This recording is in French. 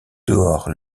dehors